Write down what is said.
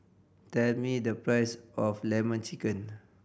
tell me the price of Lemon Chicken